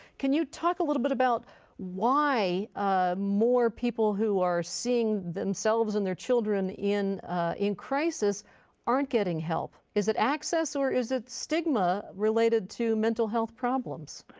can you talk a little bit about why more people who are seeing themselves and their children in in crisis aren't getting help. is it access or is it stigma related to mental health problems?